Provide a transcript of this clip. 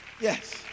Yes